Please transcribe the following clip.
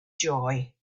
joy